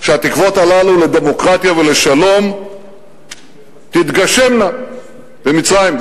שהתקוות הללו לדמוקרטיה ולשלום תתגשמנה במצרים,